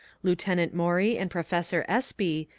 lieutenant maury and professor espy,